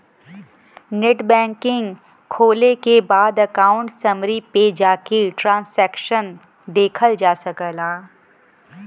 net banking खोले के बाद अकाउंट समरी पे जाके ट्रांसैक्शन देखल जा सकला